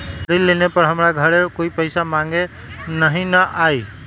ऋण लेला पर हमरा घरे कोई पैसा मांगे नहीं न आई?